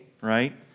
right